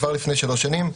כבר לפני שלוש שנים,